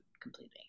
completely